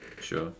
sure